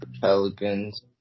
Pelicans